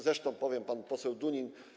Zresztą powiem, pan poseł Dunin.